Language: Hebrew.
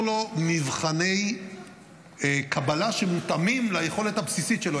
לו מבחני קבלה שמותאמים ליכולת הבסיסית שלו,